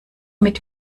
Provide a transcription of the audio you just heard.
mit